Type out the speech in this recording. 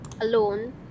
alone